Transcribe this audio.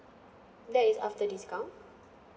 that is after discount